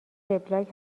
وبلاگ